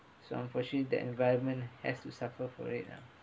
so unfortunately the environment has to suffer for it lah